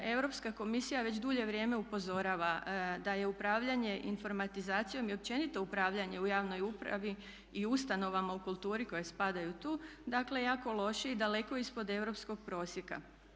Europska komisija već dulje vrijeme upozorava da je upravljanje informatizacijom i općenito upravljanje u javnoj upravi i ustanovama u kulturi koje spadaju tu, dakle jako loš i daleko ispod europskog prosjeka.